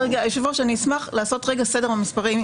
היושב-ראש, אני אשמח לעשות רגע סדר במספרים.